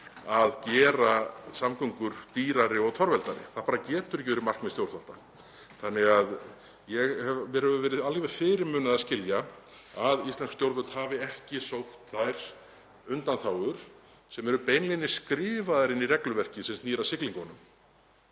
að gera samgöngur dýrari og torveldari. Það getur bara ekki verið markmið stjórnvalda. Mér hefur því verið alveg fyrirmunað að skilja að íslensk stjórnvöld hafi ekki sótt þær undanþágur sem eru beinlínis skrifaðar inn í regluverkið sem snýr að siglingunum,